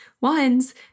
ones